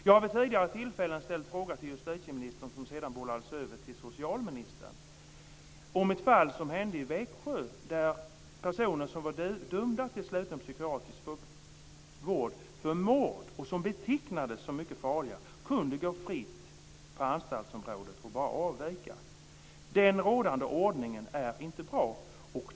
Jag har vid tidigare tillfällen ställt frågan till justitieministern, som bollat över den till socialministern, om ett fall i Växjö. Personer som var dömda till sluten psykiatrisk vård för mord och som betecknades som mycket farliga kunde gå fritt på anstaltsområdet och bara avvika. Den rådande ordningen är inte bra.